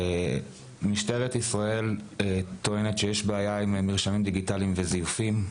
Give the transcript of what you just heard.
משטרת ישראל טוענת שיש בעיה עם מרשמים דיגיטליים וזיופים.